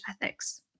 ethics